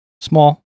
Small